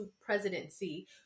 presidency